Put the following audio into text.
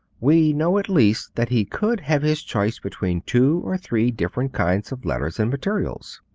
we know at least that he could have his choice between two or three different kinds of letters and materials.